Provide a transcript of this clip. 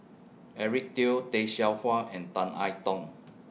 Eric Teo Tay Seow Huah and Tan I Tong